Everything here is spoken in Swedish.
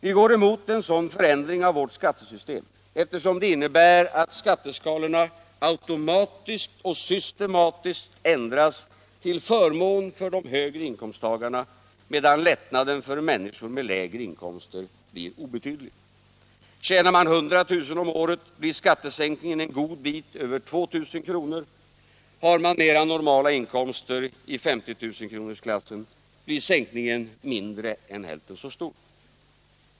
Vi går emot en sådan förändring av vårt skattesystem, eftersom den innebär att skatteskalorna automatiskt och systematiskt ändras till förmån för de högre inkomsttagarna, medan lättnaden för människor med lägre inkomster blir obetydlig. Tjänar man 100 000 kr. om året blir skattesänkningen en god bit över 2 000 kr. Har man mera normala inkomster, i 50 000-kronorsklassen, blir sänkningen mindre än hälften så stor.